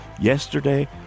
Yesterday